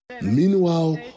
Meanwhile